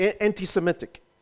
anti-Semitic